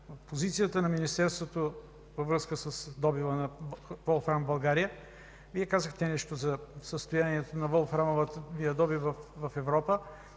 позицията на Министерството във връзка с добива на волфрам в България. Вие казахте нещо за състоянието на волфрамовия добив в Европа.